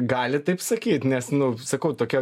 gali taip sakyt nes nu sakau tokia